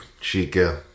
Chica